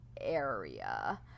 area